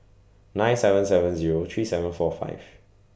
nine seven seven Zero three seven four five